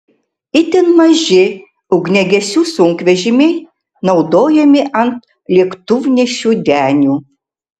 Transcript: o štai itin maži ugniagesių sunkvežimiai naudojami ant lėktuvnešių denių